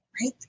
right